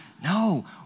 No